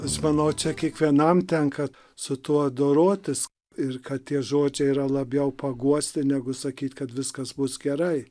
aš manau čia kiekvienam tenka su tuo dorotis ir kad tie žodžiai yra labiau paguosti negu sakyt kad viskas bus gerai